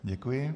Děkuji.